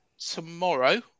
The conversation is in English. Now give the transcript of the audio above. Tomorrow